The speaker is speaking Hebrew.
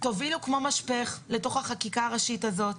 תובילו כמו משפך לתוך החקיקה הראשית הזאת,